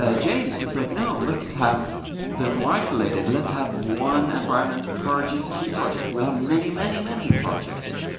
ah james is like, no. let's have them more isolated. let's have one environment per gcp project. we'll have many, many, many projects.